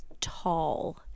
tall